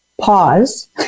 pause